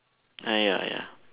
ah ya ya